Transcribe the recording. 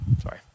sorry